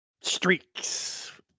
streaks